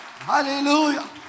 hallelujah